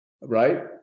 right